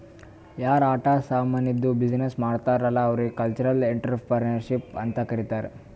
ಯಾರ್ ಆಟ ಸಾಮಾನಿದ್ದು ಬಿಸಿನ್ನೆಸ್ ಮಾಡ್ತಾರ್ ಅಲ್ಲಾ ಅವ್ರಿಗ ಕಲ್ಚರಲ್ ಇಂಟ್ರಪ್ರಿನರ್ಶಿಪ್ ಅಂತ್ ಕರಿತಾರ್